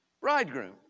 bridegroom